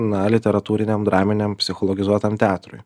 na literatūriniam draminiam psichologizuotam teatrui